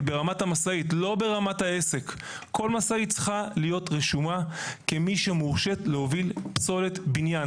משאית צריכה להיות רשומה כמי שמורשית להוביל פסולת בניין.